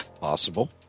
Possible